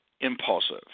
impulsive